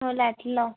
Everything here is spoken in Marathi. हो लाटलं